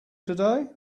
today